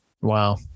Wow